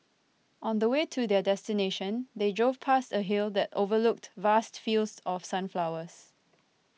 on the way to their destination they drove past a hill that overlooked vast fields of sunflowers